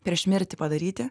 prieš mirtį padaryti